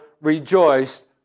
rejoiced